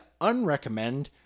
unrecommend